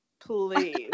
please